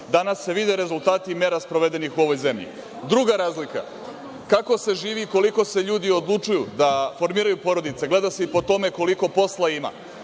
Danas se vide rezultati i mera sprovedenih u ovoj zemlji. Druga razlika, kako se živi i koliko se ljudi odlučuju da formiraju porodice gleda se i po tome koliko posla ima,